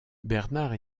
bernard